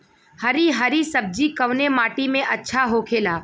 हरी हरी सब्जी कवने माटी में अच्छा होखेला?